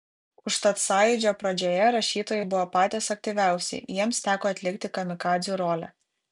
užtat sąjūdžio pradžioje rašytojai buvo patys aktyviausi jiems teko atlikti kamikadzių rolę